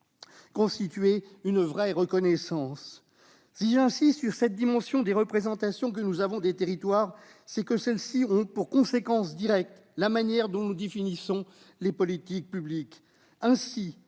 constitué une véritable reconnaissance ? Si j'insiste sur les représentations que nous avons des territoires, c'est qu'elles ont pour conséquence directe la manière dont nous définissons les politiques publiques. Nous